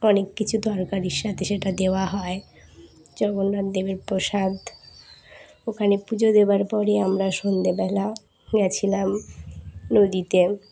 অনেক কিছু তরকারির সাথে সেটা দেওয়া হয় জগন্নাথ দেবের প্রসাদ ওখানে পুজো দেওয়ার পরই আমরা সন্ধেবেলা গিয়েছিলাম নদীতে